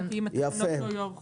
כי אם התקנות לא יוארכו.